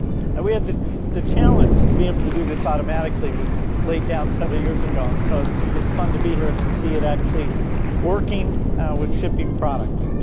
and we had the challenge to be able to do this automatically, was laid down several years ago, so it's it's fun to be here and see it actually working with shipping products.